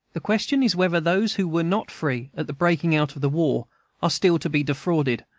the question is, whether those who were not free at the breaking out of the war are still to be defrauded,